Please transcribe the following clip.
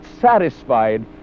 satisfied